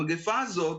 המגיפה הזאת,